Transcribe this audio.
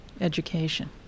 education